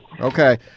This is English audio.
Okay